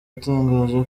yatangaje